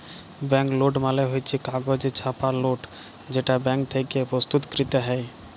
bank note মালে হচ্ছ কাগজে ছাপা লোট যেটা ব্যাঙ্ক থেক্যে প্রস্তুতকৃত হ্যয়